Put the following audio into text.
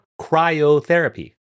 cryotherapy